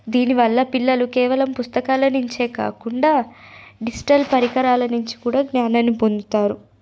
దీని వల్ల కేవలం పిల్లలు పుస్తకాల నుంచే కాకుండా డిజిటల్ పరికరాల నుంచి కూడా జ్ఞానాన్ని పొందుతారు